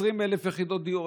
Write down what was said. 20,000 יחידות דיור,